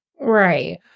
right